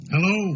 Hello